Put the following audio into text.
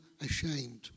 ashamed